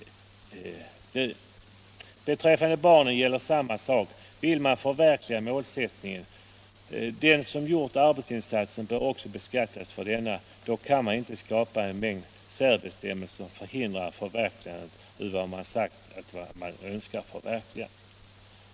Beträffande barnen gäller samma sak. Vill man förverkliga målsättningen att den som gjort arbetsinsatsen också bör beskattas för denna, kan man inte skapa en mängd särbestämmelser som förhindrar det som man sagt sig önska förverkliga.